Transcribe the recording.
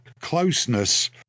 closeness